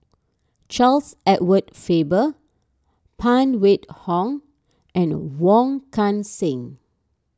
Charles Edward Faber Phan Wait Hong and Wong Kan Seng